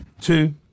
two